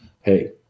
Hey